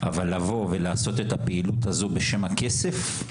אבל לבוא ולעשות את הפעילות הזו בשם הכסף,